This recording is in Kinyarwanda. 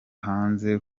hanze